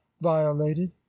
violated